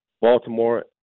Baltimore